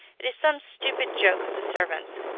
it is some stupid joke of the servants.